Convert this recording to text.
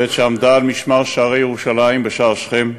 בעת שעמדה על משמר שערי ירושלים בשער שכם.